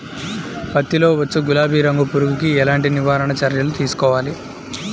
పత్తిలో వచ్చు గులాబీ రంగు పురుగుకి ఎలాంటి నివారణ చర్యలు తీసుకోవాలి?